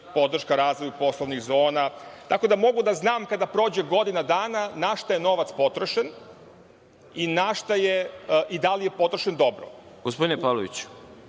podrška razvoju poslovnih zona, tako da mogu da znam kada prođe godina dana na šta je novac potrošen, i na da li je potrošen dobro.